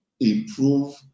Improve